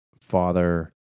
father